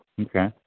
Okay